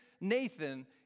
Nathan